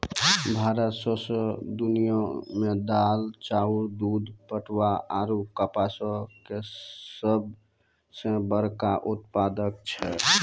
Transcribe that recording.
भारत सौंसे दुनिया मे दाल, चाउर, दूध, पटवा आरु कपासो के सभ से बड़का उत्पादक छै